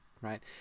right